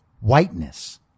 whiteness